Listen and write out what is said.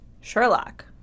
Sherlock